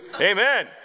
Amen